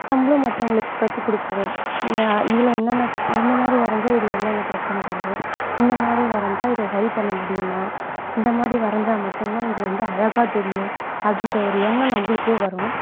நம்மளும் மற்றவங்களுக்கு கற்றுக்குடுப்போம் இதில் என்னென்ன இந்த மாதிரி வரைஞ்சா இதில் என்னென்ன பிரச்சனைகள் வரும் இந்த மாதிரி வரைஞ்சா இதை சரிப்பண்ண முடியுமா இந்த மாதிரி வரைஞ்சா மட்டும்தான் இது வந்து அழகாக தெரியும் அப்படின்ற ஒரு எண்ணம் நம்மளுக்கே வரும்